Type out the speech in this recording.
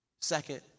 second